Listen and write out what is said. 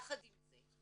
יחד עם זה,